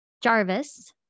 Jarvis